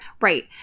Right